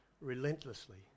relentlessly